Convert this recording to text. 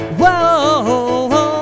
whoa